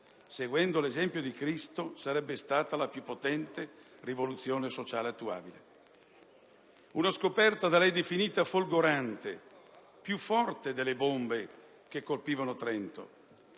seguendo l'esempio di Cristo, sarebbe stata la più potente rivoluzione sociale attuabile. Una scoperta da lei definita folgorante, più forte delle bombe che colpivano Trento,